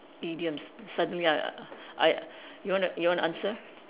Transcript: idioms suddenly I I you want to you want to answer